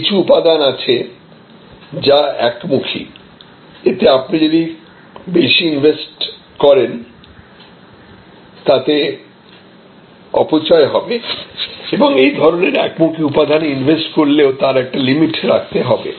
কিছু উপাদান আছে যা একমুখী এতে আপনি যদি বেশি ইনভেস্ট করেন তাতে অপচয় হবে এবং এই ধরনের একমুখী উপাদানে ইনভেস্ট করলেও তার একটা লিমিট রাখতে হবে